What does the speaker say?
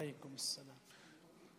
עליכום א-סלאם.